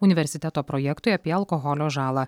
universiteto projektui apie alkoholio žalą